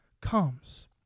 comes